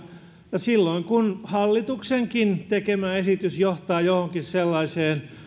ja silloin kun hallituksenkin tekemä esitys johtaa johonkin sellaiseen